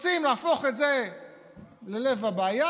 רוצים להפוך את זה ללב הבעיה?